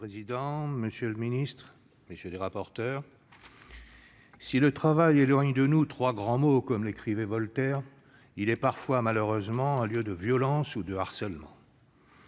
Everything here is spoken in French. Monsieur le président, monsieur le secrétaire d'État, mes chers collègues, si « le travail éloigne de nous trois grands maux » comme l'écrivait Voltaire, il est parfois malheureusement un lieu de violence ou de harcèlement.